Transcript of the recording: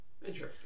Interesting